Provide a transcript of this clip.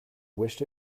wished